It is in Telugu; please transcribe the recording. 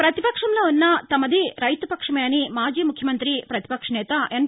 ప్రతిపక్షంలో ఉన్నా తమది రైతు పక్షమే అని మాజీ ముఖ్యమంత్రి ప్రతిపక్ష నేత ఎన్